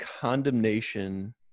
condemnation